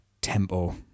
tempo